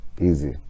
easy